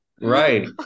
Right